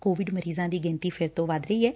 Covid ਮਰੀਜ਼ਾਂ ਦੀ ਗਿਣਤੀ ਫਿਰ ਤੋਂ ਵੱਧ ਰਹੀ ਐ